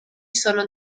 sono